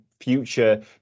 future